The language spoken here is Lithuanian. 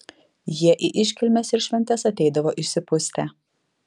jie į iškilmes ir šventes ateidavo išsipustę